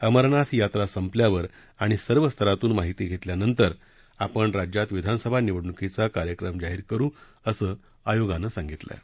अमरनाथ यात्रा संपल्यावर आणि सर्व स्तरांतून माहिती घेतल्यानंतर आपण राज्यात विधानसभा निवडणुकीचा कार्यक्रम जाहीर करू असं आयोगानं सांगितलंय